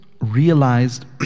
realized